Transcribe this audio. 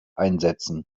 einsetzen